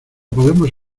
podemos